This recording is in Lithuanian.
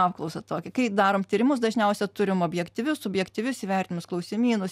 apklausą tokią kai darom tyrimus dažniausia turim objektyvius subjektyvius įvertinimus klausimynus